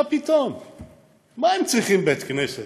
מה הם צריכים בית-כנסת?